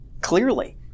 clearly